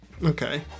Okay